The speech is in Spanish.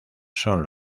son